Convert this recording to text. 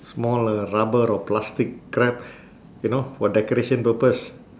small uh rubber or plastic crab you know for decoration purpose